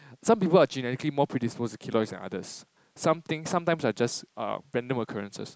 some people are genetically more predisposed to keloids than others some things sometime are just uh random occurrences